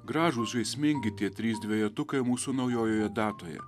gražūs žaismingi tie trys dvejetukai mūsų naujojoje datoje